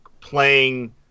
playing